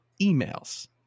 emails